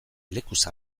lekuz